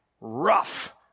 rough